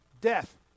Death